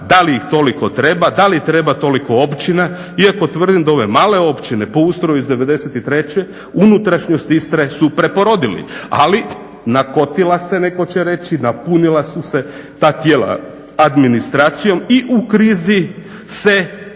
da li ih toliko treba, da li treba toliko općina. Iako tvrdim da ove male općine po ustroju iz 93. unutrašnjost Istre su preporodili, ali nakotila se neko će reći, napunila su se ta tijela administracijom i u krizi se